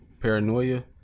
Paranoia